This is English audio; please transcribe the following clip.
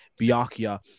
Biakia